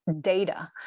data